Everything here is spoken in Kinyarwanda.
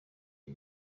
ibi